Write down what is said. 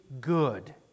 good